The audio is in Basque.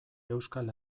euskal